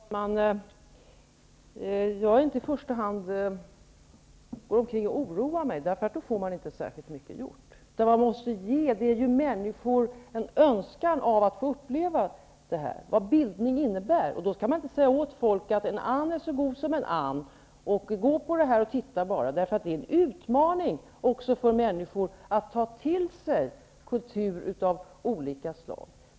Herr talman! Jag är inte den som i första hand går omkring och oroar mig, för då får man inte särskilt mycket gjort, utan vad man måste göra är att ge människor en önskan om att få uppleva kulturen, uppleva vad bildning innebär. Då skall man inte säga åt folk: En ann' är så god som en ann', så gå på det här och titta bara! Det är en utmaning för människor att ta till sig kultur av olika slag.